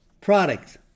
products